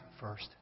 first